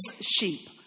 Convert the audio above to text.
sheep